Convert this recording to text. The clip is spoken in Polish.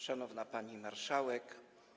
Szanowna Pani Marszałek!